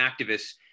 activists